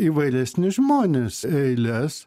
įvairesni žmonės eiles